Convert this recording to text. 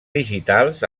digitals